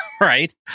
right